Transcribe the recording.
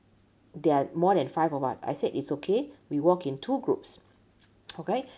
there are more than five of us I said it's okay we walk in two groups okay